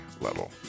level